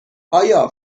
آیا